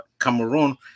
Cameroon